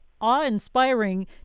awe-inspiring